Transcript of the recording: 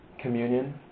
Communion